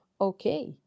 okay